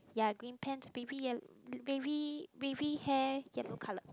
ya green pants baby yellow baby baby hair yellow colour